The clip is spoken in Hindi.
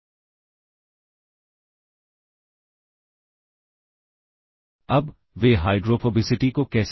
एक और काफी इंटरेस्टिंग रजिस्टर 8085 का है जो की PSW रजिस्टर जोड़ा है